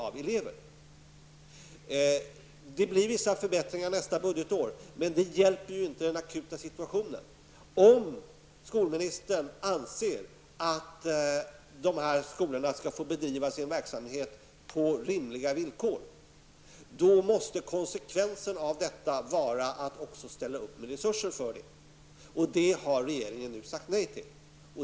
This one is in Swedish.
Det kommer att bli vissa förbättringar under nästa budgetår, men det hjälper inte i den akuta situationen. Om skolministern anser att dessa skolor skall få bedriva sin verksamhet på rimliga villkor, måste konsekvensen bli att man ställer upp med resurser för det. Det har regeringen sagt nej till.